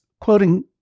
quoting